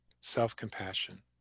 self-compassion